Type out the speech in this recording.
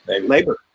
Labor